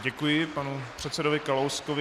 Děkuji panu předsedovi Kalouskovi.